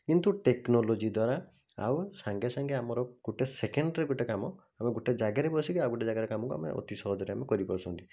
କିନ୍ତୁ ଟେକ୍ନୋଲୋଜି ଦ୍ଵାରା ଆଉ ସାଙ୍ଗେ ସାଙ୍ଗେ ଆମର ଗୋଟେ ସେକେଣ୍ଡ୍ରେ ଗୋଟେ କାମ ଆମେ ଗୋଟେ ଜାଗାରେ ବସିକି ଆଉ ଗୋଟେ ଜାଗାରେ କାମକୁ ଆମେ ଅତି ସହଜରେ ଆମେ କରିପାରୁଛନ୍ତି